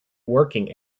working